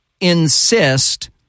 insist